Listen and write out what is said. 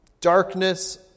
darkness